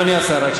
אדוני השר,